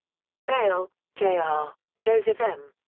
bail, jr, ah joseph m.